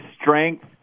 strength